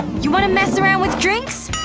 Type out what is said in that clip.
you wanna mess around with drinks?